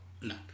No